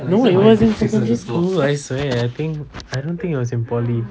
no it was in secondary school I swear I think I don't think it was in poly